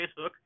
Facebook